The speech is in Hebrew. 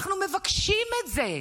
אנחנו מבקשים את זה.